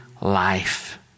life